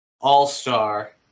All-Star